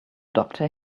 doctor